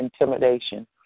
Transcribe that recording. intimidation